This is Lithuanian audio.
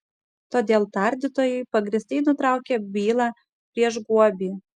todėl tardytojai pagrįstai nutraukė bylą prieš guobį